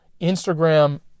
Instagram